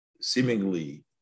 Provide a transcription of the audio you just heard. seemingly